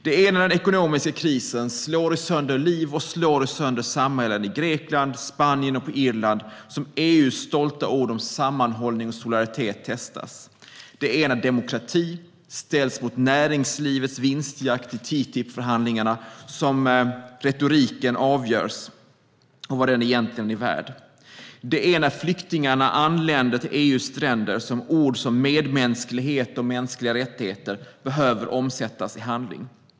Det är när den ekonomiska krisen slår sönder liv och samhällen i Grekland, i Spanien och på Irland som EU:s stolta ord om sammanhållning och solidaritet testas. Det är när demokratin ställs mot näringslivets vinstjakt i TTIP-förhandlingarna som det avgörs vad retoriken egentligen är värd. Det är när flyktingarna anländer till EU:s stränder som ord som medmänsklighet och mänskliga rättigheter behöver omsättas i handling.